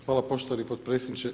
Hvala poštovani potpredsjedniče.